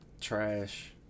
trash